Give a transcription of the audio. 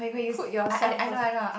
put yourself first